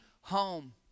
home